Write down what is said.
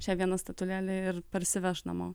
šią vieną statulėlę ir parsiveš namo